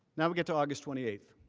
now we get to august twenty eight.